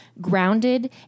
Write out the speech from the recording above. grounded